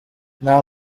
nta